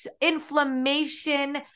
inflammation